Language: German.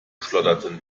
schlotterten